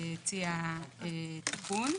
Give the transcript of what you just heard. הציעה תיקון.